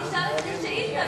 תשאל על זה שאילתא.